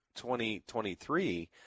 2023